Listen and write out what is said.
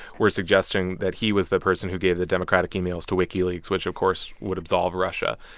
were suggesting that he was the person who gave the democratic emails to wikileaks, which, of course, would absolve russia.